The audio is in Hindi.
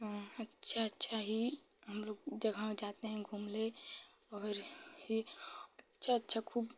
अच्छा अच्छा ही हमलोग जगह जाते हैं घूमने और फिर अच्छा अच्छा खूब